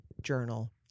journal